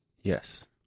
Yes